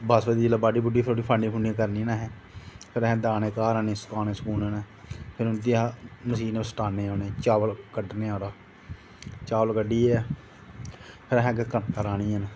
बासमती दी बाड्ढी थोह्ड़ी करनी ना असें फिर असें दाने घर आह्नियै सुक्कानै न फिर उंदेआ ओह् आह्नना असें चावल कड्ढनै आह्ला चावल कड्ढियै असें अग्गें कनकां राह्नियां न